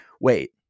wait